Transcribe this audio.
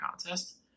contest